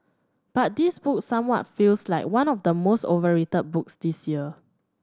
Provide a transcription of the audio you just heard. but this book somewhat feels like one of the most overrated books this year